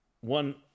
One